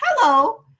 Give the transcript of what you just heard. hello